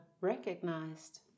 recognized